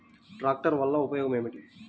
ట్రాక్టర్లు వల్లన ఉపయోగం ఏమిటీ?